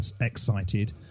excited